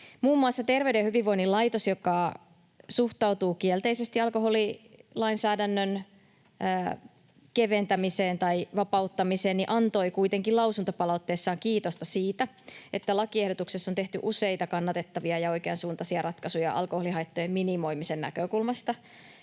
Muun muassa Terveyden ja hyvinvoinnin laitos, joka suhtautuu kielteisesti alkoholilainsäädännön keventämiseen tai vapauttamiseen, antoi kuitenkin lausuntopalautteessaan kiitosta siitä, että lakiehdotuksessa on tehty useita kannatettavia ja oikeansuuntaisia ratkaisuja alkoholihaittojen minimoimisen näkökulmasta.